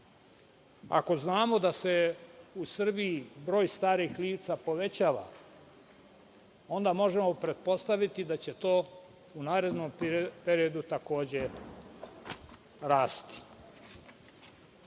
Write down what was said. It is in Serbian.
Ako znamo da se u Srbiji broj starih lica povećava, onda možemo pretpostaviti da će to u narednom periodu takođe rasti. Ono